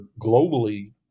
globally